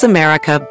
America